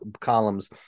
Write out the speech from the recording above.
columns